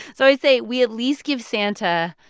so i say we at least give santa,